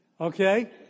Okay